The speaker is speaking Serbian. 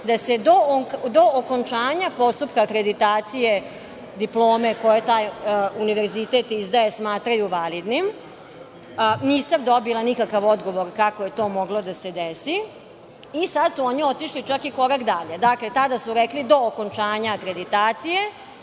da se do okončanja postupka akreditacije diplome koje taj univerzitet izdaje smatraju validnim. Nisam dobila nikakav odgovor kako je to moglo da se desi. Sada su oni otišli čak i korak dalje. Dakle, tada su rekli do okončanja akreditacije.